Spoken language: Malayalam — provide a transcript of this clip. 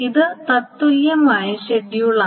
ഇത് തത്തുല്യമായ ഷെഡ്യൂളാണ്